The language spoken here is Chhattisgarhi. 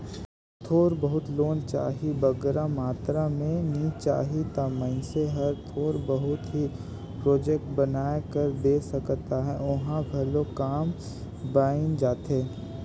थोर बहुत लोन चाही बगरा मातरा में नी चाही ता मइनसे हर थोर बहुत ही प्रोजेक्ट बनाए कर दे सकत हे ओम्हां घलो काम बइन जाथे